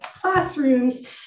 classrooms